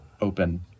open